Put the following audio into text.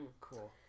Cool